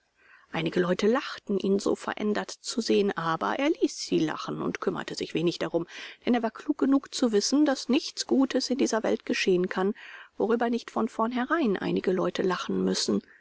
einige leute lachten ihn so verändert zu sehen aber er ließ sie lachen und kümmerte sich wenig darum denn er war klug genug zu wissen daß nichts gutes in dieser welt geschehen kann worüber nicht von vornherein einige leute lachen müssen